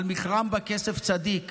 על מכרם בכסף צדיק